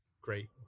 Great